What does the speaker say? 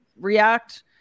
react